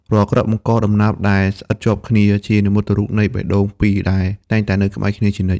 រាល់គ្រាប់អង្ករដំណើបដែលស្អិតជាប់គ្នា ជានិមិត្តរូបនៃបេះដូងពីរដែលតែងតែនៅក្បែរគ្នាជានិច្ច។